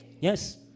Yes